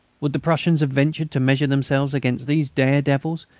would the prussians have ventured to measure themselves against these dare-devils,